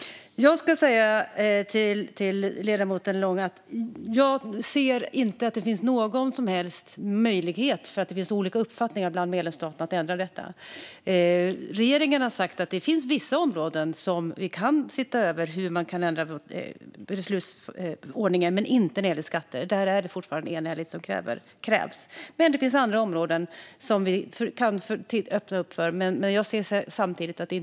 Eftersom det finns så olika uppfattningar inom medlemsstaterna ser jag ingen möjlighet att göra ändringar. Regeringen har sagt att man på vissa områden kan se över beslutsordningen, men inte när det gäller skatter. Här ska enhällighet fortfarande krävas. Regeringen kan som sagt öppna för ändringar på andra områden.